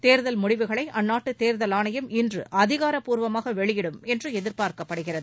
தேர்தல் முடிவுகளை அந்நாட்டு தேர்தல் ஆணையம் இன்று அதிகாரப்பூர்வமாக வெளியிடும் என்று எதிர்பார்க்கப்படுகிறது